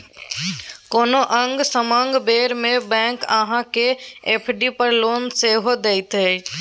कोनो आंग समांग बेर मे बैंक अहाँ केँ एफ.डी पर लोन सेहो दैत यै